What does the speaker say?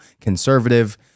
conservative